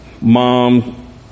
mom